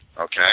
Okay